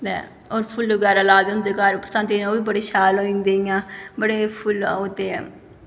ते होर फुल्ल बगैरा ला दे होंदे घर बरसांतीं दे दिनें ओह् बी बड़े शैल होई जंदे इ'यां बड़े फुल्ल ओह्दे